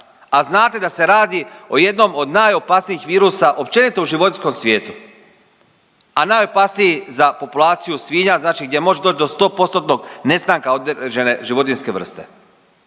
a znate da se radi o jednom od najopasnijih virusa općenito u životinjskom svijetu, a najopasniji za populaciju svinja znači gdje može doći do 100%-tnog nestanka određene životinjske vrste.